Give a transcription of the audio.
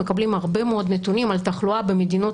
מקבלים הרבה מאוד נתונים על תחלואה במדינות